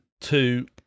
Two